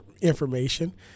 information